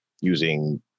using